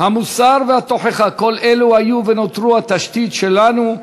המוסר והתוכחה, כל אלו היו ונותרו התשתית שלנו,